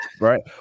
right